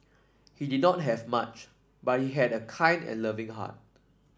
he did not have much but he had a kind and loving heart